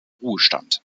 ruhestand